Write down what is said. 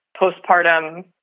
postpartum